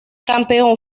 campeón